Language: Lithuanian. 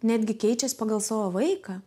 netgi keičiasi pagal savo vaiką